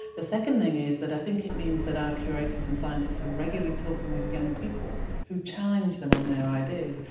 the second thing is that i think it means that our curators and scientists are regularly talking with young people who challenge them on their ideas,